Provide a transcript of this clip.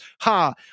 Ha